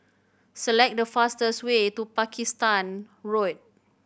select the fastest way to Pakistan Road